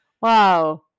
Wow